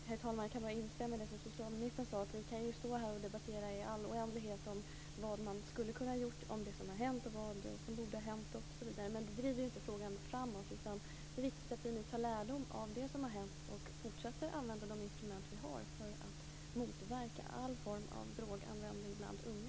Herr talman! Jag kan bara instämma i det som socialministern sade, att vi kan stå här och debattera i all oändlighet om vad man skulle ha kunnat göra, om det som har hänt och vad som borde ha hänt osv., men det driver inte frågan framåt. Det är viktigt att vi nu drar lärdom av det som har hänt och fortsätter att använda de instrument vi har för att motverka all form av droganvändning bland unga.